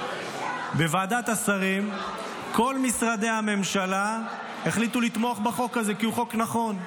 בוועדת השרים כל משרדי הממשלה החליטו לתמוך בחוק הזה כי הוא חוק נכון,